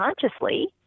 consciously